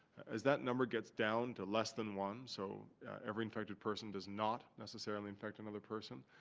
as that number gets down to less than one, so every infected person does not necessarily infect another person,